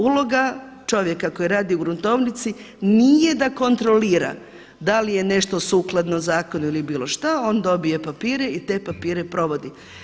Uloga čovjeka koji radi u gruntovnici nije da kontrolira da li je nešto sukladno zakonu ili bilo šta, on dobije papire i te papire provodi.